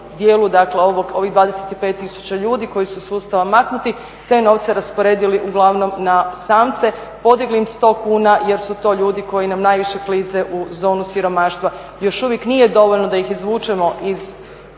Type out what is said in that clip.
dakle ovih 25000 ljudi koji su iz sustava maknuti te novce rasporedili uglavnom na samce, podigli im 100 kuna jer su to ljudi koji nam najviše klize u zonu siromaštva. Još uvijek nije dovoljno da ih izvučemo iz,